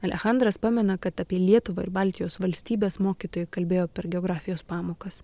alechandras pamena kad apie lietuvą ir baltijos valstybes mokytoja kalbėjo per geografijos pamokas